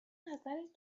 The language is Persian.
نظرت